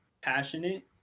passionate